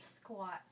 Squat